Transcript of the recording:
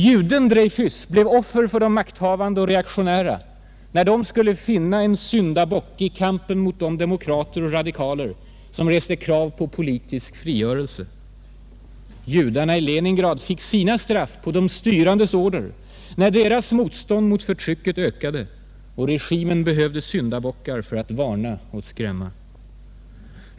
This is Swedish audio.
Juden Dreyfus blev offer för de makthavande och reaktionära när de skulle finna en syndabock i kampen mot de demokrater och radikaler som reste krav på politisk frigörelse. Judarna i Leningrad fick sina straff på de styrandes order när deras motstånd mot förtrycket ökade och regimen behövde syndabockar för att varna och skrämma.